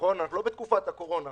אנחנו לא בתקופת הקורונה עכשיו,